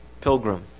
Pilgrim